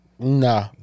Nah